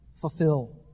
Fulfill